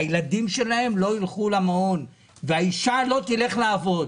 הילדים שלהם לא ילכו למעון והאישה לא תלך לעבוד,